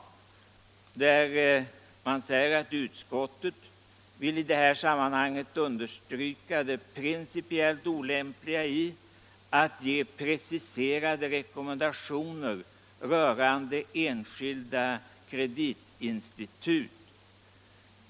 Reservanterna skriver: ”Utskottet vill i detta sammanhang understryka det principiellt olämpliga i att ge preciserade rekommendationer rörande enskilda kreditinstitut.